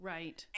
Right